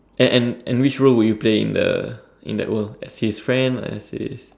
and and and which role will you play in the in that world as his friend or as his